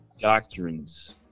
doctrines